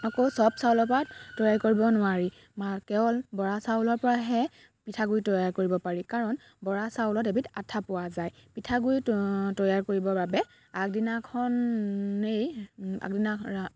আকৌ চব চাউলৰ পৰা তৈয়াৰ কৰিব নোৱাৰি মাৰ কেৱল বৰা চাউলৰ পৰাহে পিঠাগুড়ি তৈয়াৰ কৰিব পাৰি কাৰণ বৰা চাউলত এবিধ আঠা পোৱা যায় পিঠাগুড়ি তৈয়াৰ কৰিবৰ বাবে আগদিনাখনেই আগদিনাখন ৰা